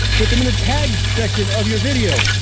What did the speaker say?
put them in the tags section of your video,